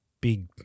big